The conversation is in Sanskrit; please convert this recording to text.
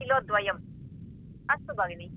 किलोद्वयं अस्तु भगिनि